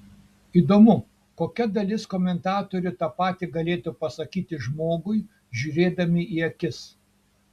įdomu kokia dalis komentatorių tą patį galėtų pasakyti žmogui žiūrėdami į akis